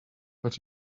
but